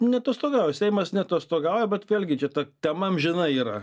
neatostogauja seimas neatostogauja bet vėlgi čia ta tema amžina yra